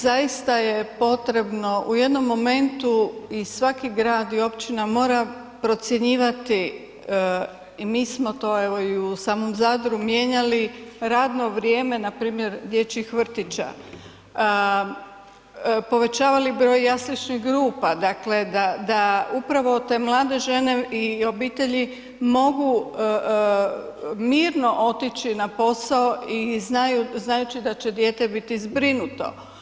Zaista je potrebno u jednom momentu i svaki grad i općina mora procjenjivati i mi smo to evo i u samom Zadru mijenjali radno vrijeme, npr. dječjih vrtića, povećavali broj jasličnih grupa, dakle da, da upravo te mlade žene i obitelji mogu mirno otići na posao i znaju, znajući da će dijete biti zbrinuto.